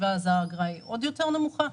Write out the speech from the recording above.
אז האגרה עוד יותר נמוכה.